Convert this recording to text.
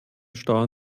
stau